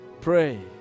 pray